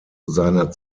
seiner